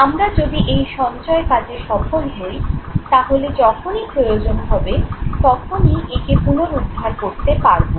আমরা যদি এই সঞ্চয় কাজে সফল হই তাহলে যখনই প্রয়োজন হবে তখনই একে পুনরুদ্ধার করতে পারবো